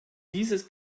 dieses